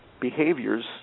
behaviors